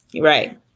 Right